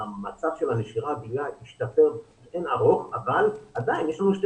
המצב של הנשירה השתפר לאין ערוך אבל עדיין יש לנו שתי